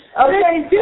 Okay